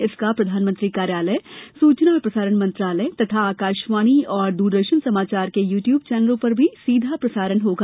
इसका प्रधानमंत्री कार्यालय सूचना और प्रसारण मंत्रालय तथा आकाशवाणी और दूरदर्शन समाचार के यू ट्यूब चैनलों पर भी सीधा प्रसारण होगा